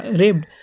raped